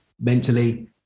mentally